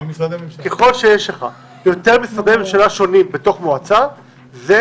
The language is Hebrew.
ככל שיש לך יותר משרדי ממשלה שונים בתוך מועצה זה